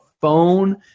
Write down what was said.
phone